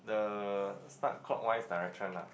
the start clockwise direction lah